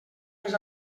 més